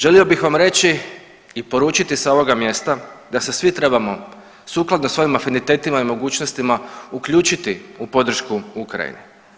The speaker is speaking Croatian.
Želio bih vam reći i poručiti sa ovoga mjesta, da se svi trebamo sukladno svojim afinitetima i mogućnostima uključiti u podršku Ukrajini.